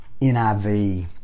NIV